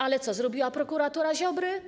Ale co zrobiła prokuratura Ziobry?